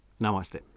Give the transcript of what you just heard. namaste